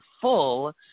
full